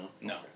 No